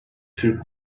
türk